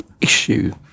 issue